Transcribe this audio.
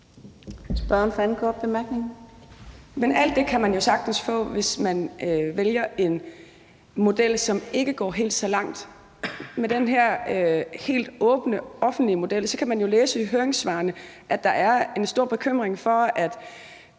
alt det kan man sagtens få, hvis man vælger en model, som ikke går helt så langt. Man kan jo læse i høringssvarene, at der er en stor bekymring for, at